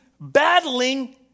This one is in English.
battling